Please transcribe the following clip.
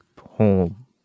home